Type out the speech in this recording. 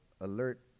alert